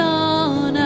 on